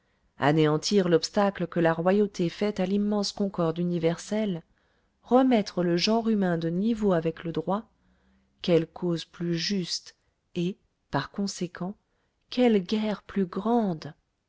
anéantir l'obstacle que la royauté fait à l'immense concorde universelle remettre le genre humain de niveau avec le droit quelle cause plus juste et par conséquent quelle guerre plus grande